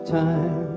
time